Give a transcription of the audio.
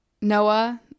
Noah